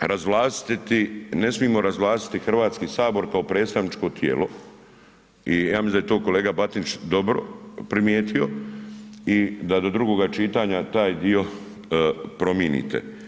razvlastiti ne smijemo razvlastiti Hrvatski sabor kao predstavničko tijelo i ja mislim da to kolega Batinič dobro primijetio i da do drugoga čitanja taj dio prominite.